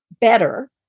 better